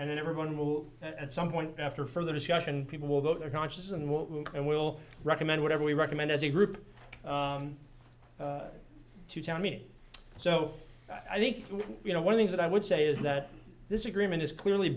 and then everyone will at some point after further discussion people will vote their conscience and what will and will recommend whatever we recommend as a group to tell me so i think you know one thing that i would say is that this agreement is clearly